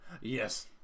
Yes